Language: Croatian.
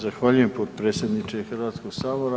Zahvaljujem potpredsjedniče Hrvatskog sabora.